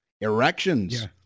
erections